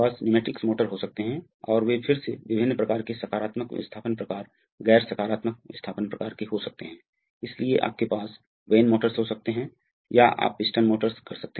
तो यह दो सिलिंडर का एक विशेष क्रम है जिसका संचालन करना है अतः अब हम देखेंगे कि हम इसे कैसे प्राप्त कर सकते हैं ठीक है